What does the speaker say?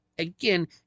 again